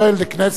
the Knesset.